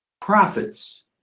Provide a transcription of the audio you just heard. profits